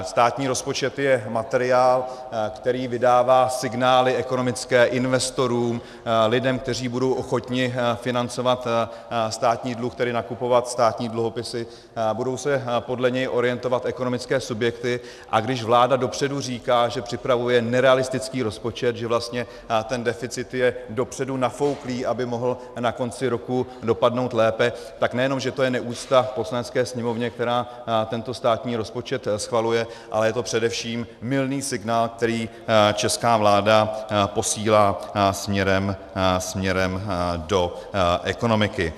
Státní rozpočet je materiál, který vydává ekonomické signály investorům, lidem, kteří budou ochotni financovat státní dluh, tedy nakupovat státní dluhopisy, budou se podle něj orientovat ekonomické subjekty, a když vláda dopředu říká, že připravuje nerealistický rozpočet, že vlastně ten deficit je dopředu nafouklý, aby mohl na konci roku dopadnout lépe, tak nejenom že to je neúcta k Poslanecké sněmovně, která tento státní rozpočet schvaluje, ale je to především mylný signál, který česká vláda posílá směrem do ekonomiky.